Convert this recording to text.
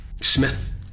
Smith